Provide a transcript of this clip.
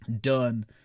done